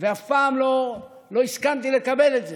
ואף פעם לא הסכמתי לקבל את זה,